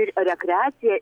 ir rekreacija